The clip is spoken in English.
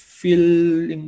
feel